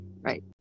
Right